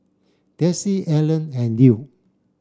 Darcie Ellen and Lew